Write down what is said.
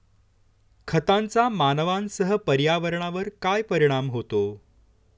खतांचा मानवांसह पर्यावरणावर काय परिणाम होतो?